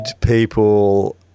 people